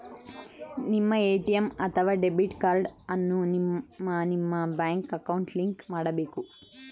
ನಿಮ್ಮ ಎ.ಟಿ.ಎಂ ಅಥವಾ debit card ಅನ್ನ ನಿಮ್ಮ ನಿಮ್ಮ ಬ್ಯಾಂಕ್ ಅಕೌಂಟ್ಗೆ ಲಿಂಕ್ ಮಾಡಬೇಕು